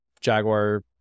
Jaguar